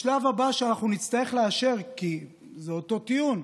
השלב הבא שנצטרך לאשר, כי זה אותו טיעון,